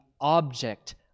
object